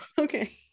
Okay